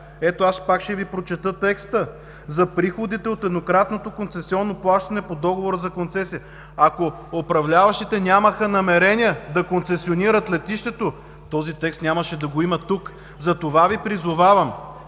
Ето, аз пак ще Ви прочета текста: „За приходите от еднократното концесионно плащане по договора за концесия“. Ако управляващите нямаха намерение да концесионират летището, този текст нямаше да го има тук. Затова Ви призовавам